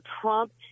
Trump